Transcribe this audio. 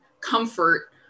comfort